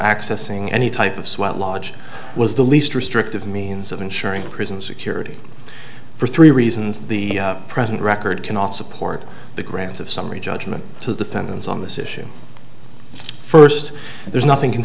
accessing any type of sweat lodge was the least restrictive means of ensuring prison security for three reasons the present record cannot support the grounds of summary judgment to defend those on this issue first there's nothing c